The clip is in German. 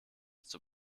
zur